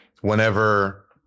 whenever